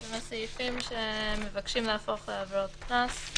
אני כן אגיד שזה סעיפים שבגדול הוועדה בעבר אישרה ברשויות אחרות.